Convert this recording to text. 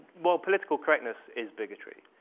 well, political correctness is bigotry.